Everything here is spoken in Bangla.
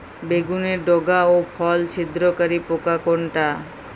বেগুনের ডগা ও ফল ছিদ্রকারী পোকা কোনটা?